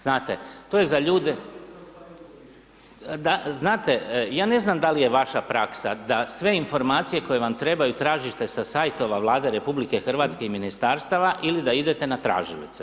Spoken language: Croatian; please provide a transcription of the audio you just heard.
Znate, to je za ljude ... [[Upadica se ne čuje.]] da, znate, ja ne znam da li je vaša praksa da sve informacije koje vam trebaju tražite sa site-ova Vlade RH i ministarstava ili da idete na tražilice.